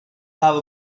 have